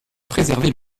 préserver